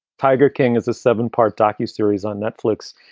tiger king is a seven part docu series on netflix.